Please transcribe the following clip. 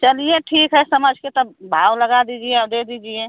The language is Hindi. चलिए ठीक है समझ कर तब भाव लगा दीजिए और दे दीजिए